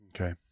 Okay